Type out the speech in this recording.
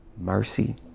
mercy